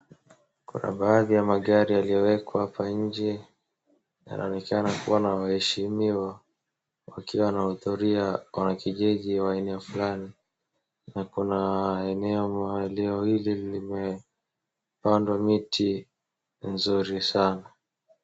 Kuna baadhi ya magari yaliyowekwa hapa nje yanaonekana kuwa na waheshimiwa wakiwa wanahudhuria wanakijiji wa eneo fulani na kuna eneo hili limepandwa miti nzuri sana.